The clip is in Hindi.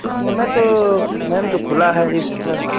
इस समय तो मैम तो खुला है इस समय